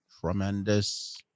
tremendous